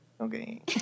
okay